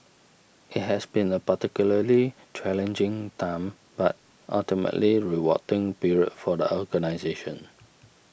it has been a particularly challenging time but ultimately rewarding period for the organisation